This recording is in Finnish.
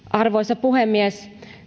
arvoisa puhemies